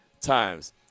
times